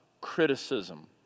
criticism